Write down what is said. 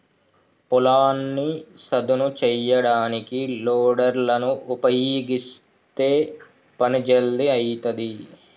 పొలాన్ని సదును చేయడానికి లోడర్ లను ఉపయీగిస్తే పని జల్దీ అయితది